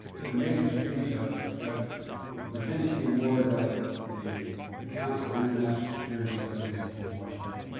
did a major speech, i was, got the brzezinski award by the, the the council for international security studies in washington.